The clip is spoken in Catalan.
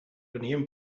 venien